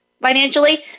financially